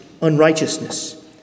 unrighteousness